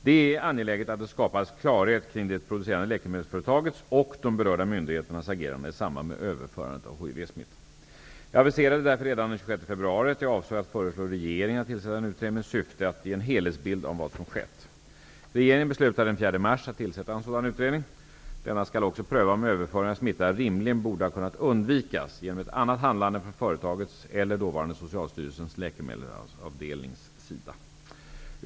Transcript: Det är angeläget att det skapas klarhet kring det producerande läkemedelsföretagets och de berörda myndigheternas agerande i samband med överförandet av hivsmittan. Jag aviserade därför redan den 26 februari att jag avsåg att föreslå regeringen att tillsätta en utredning med syfte att ge en helhetsbild av vad som skett. Regeringen beslutade den 4 mars att tillsätta en sådan utredning. Denna skall också pröva om överföringen av smitta rimligen borde ha kunnat undvikas genom ett annat handlande från företagets eller dåvarande socialstyrelsens läkemedelsavdelnings sida.